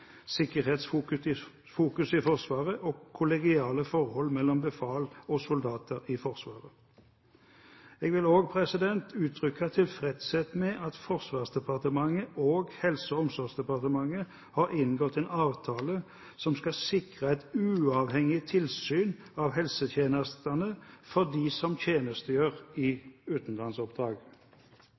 sikkerhetsfokus i Forsvaret og kollegiale forhold mellom befal og soldater i Forsvaret. Jeg vil også uttrykke tilfredshet med at Forsvarsdepartementet og Helse- og omsorgsdepartementet har inngått en avtale som skal sikre et uavhengig tilsyn av helsetjenestene for dem som tjenestegjør i utenlandsoppdrag.